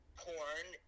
porn